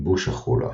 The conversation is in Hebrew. ייבוש החולה